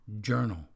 Journal